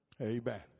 Amen